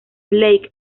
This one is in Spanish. blake